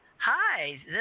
Hi